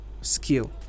skill